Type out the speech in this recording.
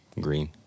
Green